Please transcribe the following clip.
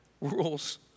rules